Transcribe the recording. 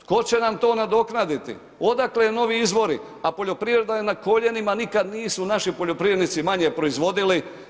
Tko će nam to nadoknaditi, odakle novi izvori, a poljoprivreda je na koljenima nikad nisu naši poljoprivrednici manje proizvodili.